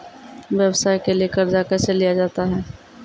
व्यवसाय के लिए कर्जा कैसे लिया जाता हैं?